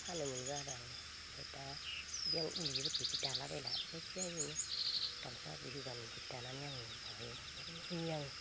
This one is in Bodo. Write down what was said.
फानोमोनबो आरो आं ओमफाय दा ए ऊल जि फोरखो आं इदि दाला बायला जायखिजाया ओरैनो गामसा बिहुं बान इदिखो दानानै आं माबायो ओमफ्राय होयो आं